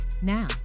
now